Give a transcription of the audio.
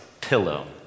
pillow